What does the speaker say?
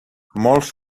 molts